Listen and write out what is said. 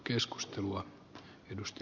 arvoisa puhemies